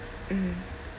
mm